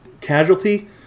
casualty